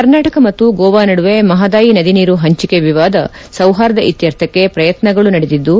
ಕರ್ನಾಟಕ ಮತ್ತು ಗೋವಾ ನಡುವೆ ಮಹದಾಯಿ ನದಿ ನೀರು ಹಂಚಿಕೆ ವಿವಾದ ಸೌಹಾರ್ದ ಇತ್ತರ್ಥಕ್ಕೆ ಪ್ರಯತ್ನಗಳು ನಡೆದಿದ್ದು